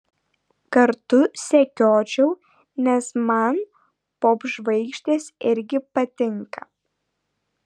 kartu sekiočiau nes man popžvaigždės irgi patinka